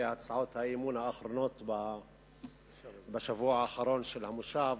אלה הצעות האי-אמון האחרונות בשבוע האחרון של המושב,